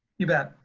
you bet.